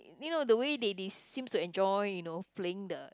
you know the way they they seems to enjoy you know playing the